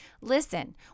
Listen